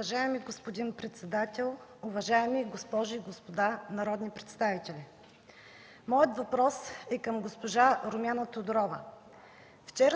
Вчера